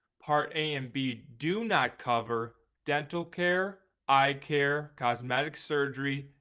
part a and b do not cover dental care, eye care, cosmetic surgery,